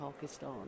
Pakistan